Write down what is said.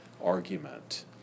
argument